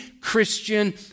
Christian